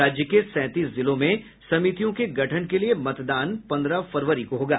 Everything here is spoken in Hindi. राज्य के सैंतीस जिलों में समितियों के गठन के लिये मतदान पंद्रह फरवरी को होगा